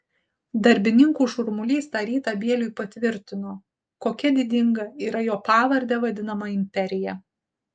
darbininkų šurmulys tą rytą bieliui patvirtino kokia didinga yra jo pavarde vadinama imperija